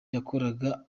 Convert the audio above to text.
yakoraga